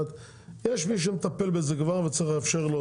יש מי שמטפל בזה כבר וצריך לאפשר לו